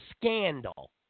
scandal